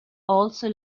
also